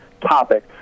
topic